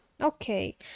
Okay